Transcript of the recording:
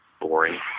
boring